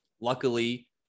luckily